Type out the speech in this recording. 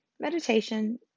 meditation